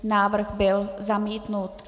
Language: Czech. Návrh byl zamítnut.